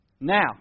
Now